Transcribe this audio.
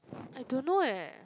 I don't know eh